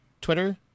Twitter